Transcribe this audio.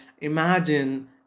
imagine